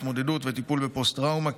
התמודדות וטיפול בפוסט-טראומה,